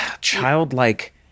childlike